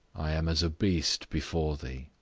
i am as a beast before thee.